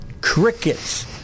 Crickets